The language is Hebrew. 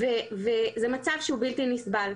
זה מצב שהוא בלתי נסבל,